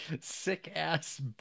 sick-ass